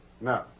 No